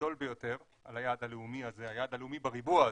גדול ביותר על היעד הלאומי בריבוע הזה,